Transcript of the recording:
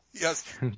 Yes